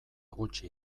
gutxi